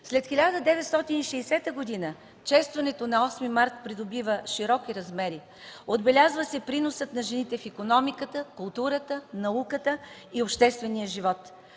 След 1960 г. честването на 8 март придобива широки размери, отбелязва се приносът на жените в икономиката, културата, науката и обществения живот.